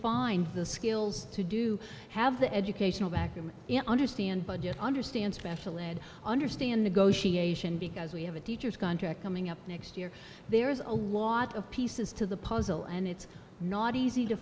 find the skills to do have the educational back and understand budget understand special ed understand negotiation because we have a teacher's contract coming up next year there is a lot of pieces to the puzzle and it's not easy to